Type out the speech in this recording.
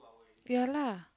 ya lah